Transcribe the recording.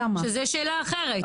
שזו שאלה אחרת,